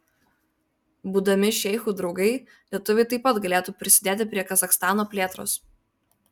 būdami šeichų draugai lietuviai taip pat galėtų prisidėti prie kazachstano plėtros